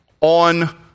on